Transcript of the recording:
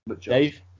Dave